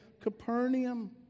Capernaum